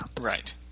Right